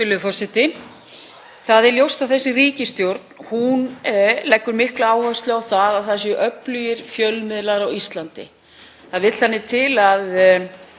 Það er ljóst að ríkisstjórnin leggur mikla áherslu á að það séu öflugir fjölmiðlar á Íslandi. Það vill þannig til að